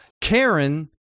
Karen